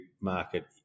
market